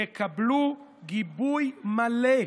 יקבלו, גיבוי מלא שלנו.